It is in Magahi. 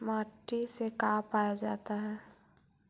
माटी से का पाया जाता है?